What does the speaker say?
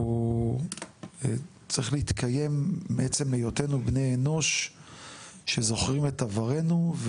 הוא צריך להתקיים בעצם היותנו בני אנוש שזוכרים את עברנו,